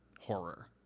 horror